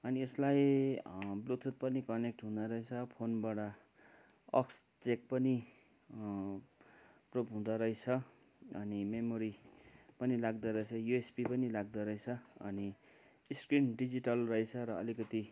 अनि यसलाई ब्लुतुथ पनि कनेक्ट हुँदरहेछ फोनबाट अक्स चेक पनि प्रुभ हुँदोरहेछ अनि मेमोरी पनि लाग्दरैछ युएसबी पनि लाग्दरहेछ अनि स्क्रिन डिजिटल रहेछ र अलिकति